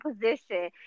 position